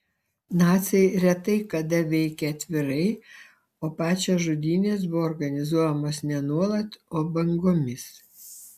naciai retai kada veikė atvirai o pačios žudynės buvo organizuojamos ne nuolat o bangomis